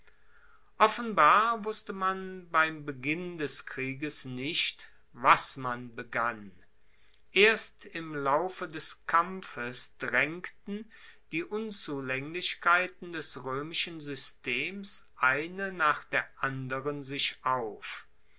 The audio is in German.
offenbar wusste man beim beginn des krieges nicht was man begann erst im laufe des kampfes draengten die unzulaenglichkeiten des roemischen systems eine nach der anderen sich auf